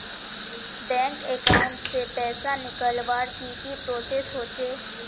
Bank account से पैसा निकालवर की की प्रोसेस होचे?